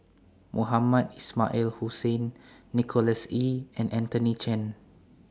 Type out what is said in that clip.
Mohamed Ismail Hussain Nicholas Ee and Anthony Chen